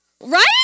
Right